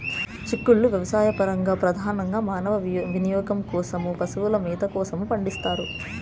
చిక్కుళ్ళు వ్యవసాయపరంగా, ప్రధానంగా మానవ వినియోగం కోసం, పశువుల మేత కోసం పండిస్తారు